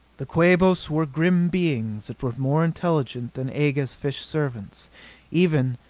the quabos were grim beings that were more intelligent than aga's fish-servants even,